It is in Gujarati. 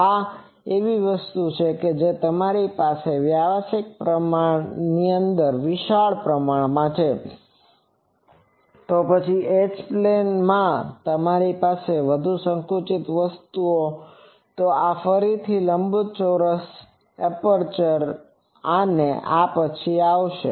આ એવી વસ્તુ છે કે જો તમારી પાસે વ્યાપક પરિમાણ વિશાળ છે તો પછી એચ પ્લેન માં તમારી પાસે વધુ સંકુચિત વસ્તુ છે તો આ ફરીથી લંબચોરસ એપ્રેચર અને આ પછી આવશે